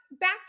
Back